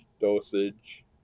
dosage